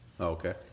Okay